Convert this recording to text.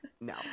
no